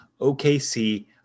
OKC